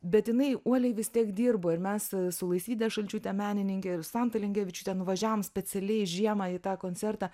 bet jinai uoliai vis tiek dirbo ir mes su laisvyde šalčiūte menininke ir santa lingevičiūte nuvažiavom specialiai žiemą į tą koncertą